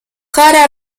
care